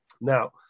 Now